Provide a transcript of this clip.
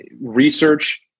research